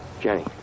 Jenny